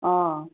অঁ